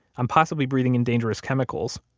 i'm possibly breathing in dangerous chemicals.